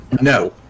No